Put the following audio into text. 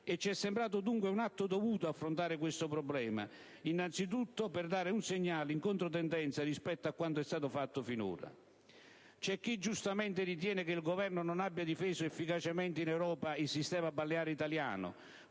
Ci è sembrato dunque un atto dovuto affrontare questo problema, innanzitutto per dare un segnale in controtendenza rispetto a quanto è stato fatto finora. C'è chi, giustamente, ritiene che il Governo non abbia difeso efficacemente in Europa il sistema balneare italiano